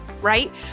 right